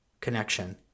connection